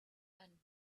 and